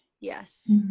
Yes